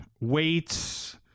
weights